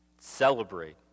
Celebrate